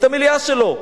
את המליאה שלו.